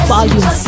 Volume